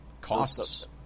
costs